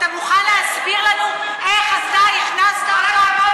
אתה מוכן להסביר לנו איך אתה הכנסת אותו לכנסת ישראל,